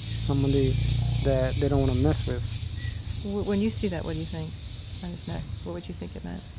somebody that they don't want to mess with when you see that what do you think? on his neck. what would you think it meant?